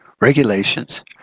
regulations